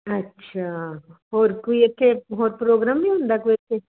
ਅੱਛਾ ਹੋਰ ਕੋਈ ਇੱਥੇ ਹੋਰ ਪ੍ਰੋਗਰਾਮ ਨਹੀਂ ਹੁੰਦਾ ਕੋਈ ਇੱਥੇ